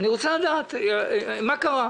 אני רוצה לדעת מה קרה.